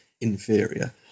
inferior